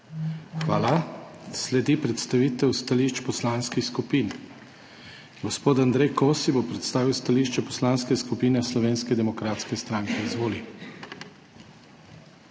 Hvala. Sledi predstavitev stališč poslanskih skupin. Gospod Andrej Kosi bo predstavil stališče Poslanske skupine Slovenske demokratske stranke. Izvoli.